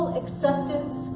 acceptance